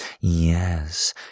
yes